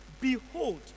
behold